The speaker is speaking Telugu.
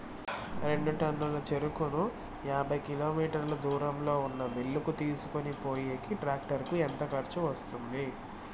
రెండు టన్నుల చెరుకును యాభై కిలోమీటర్ల దూరంలో ఉన్న మిల్లు కు తీసుకొనిపోయేకి టాక్టర్ కు ఎంత ఖర్చు వస్తుంది?